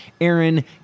Aaron